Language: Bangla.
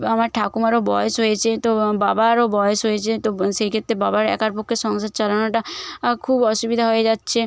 আমার ঠাকুমারও বয়স হয়েছে তো বাবারও বয়স হয়েছে তো সেই ক্ষেত্রে বাবার একার পক্ষে সংসার চালানোটা খুব অসুবিধা হয়ে যাচ্ছে